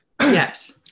Yes